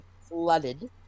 flooded